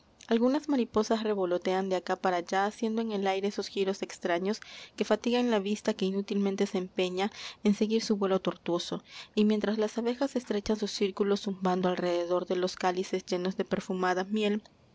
algunas mariposas revolotean de acá para allá haciendo en el aire esos giros extraños que fatigan la vista que inútilmente se empeña en seguir su vuelo tortuoso y mientras las abejas estrechan sus círculos zumbando alrededor de los cálices llenos de perfumada miel